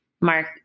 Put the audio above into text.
Mark